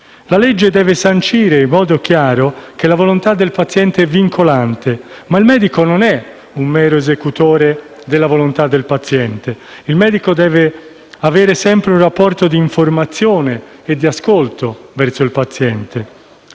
La legge deve sancire in modo chiaro che la volontà del paziente è vincolante. Ma il medico non è un mero esecutore della volontà del paziente. Il medico deve avere sempre un rapporto improntato all'informazione e all'ascolto con il paziente.